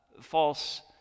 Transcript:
false